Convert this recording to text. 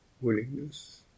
willingness